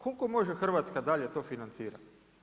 Koliko može Hrvatska dalje to financirati?